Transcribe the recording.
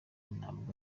ntabwo